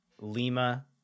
Lima